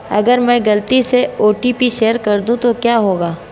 अगर मैं गलती से ओ.टी.पी शेयर कर दूं तो क्या होगा?